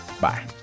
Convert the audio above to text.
Bye